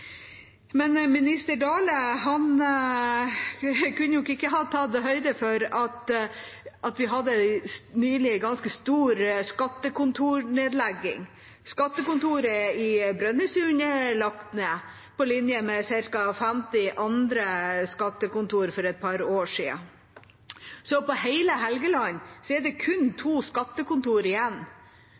Men statsråd Dale kan ikke ha tatt høyde for at vi nylig hadde en ganske stor skattekontornedlegging. Skattekontoret i Brønnøysund er lagt ned, på linje med ca. 50 andre skattekontor, for et par år siden. På hele Helgeland er det kun to skattekontor igjen,